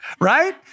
Right